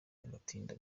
agatinda